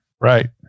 Right